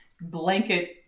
blanket